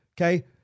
okay